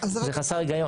זה חסר היגיון.